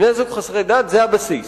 בני-זוג חסרי דת זה הבסיס,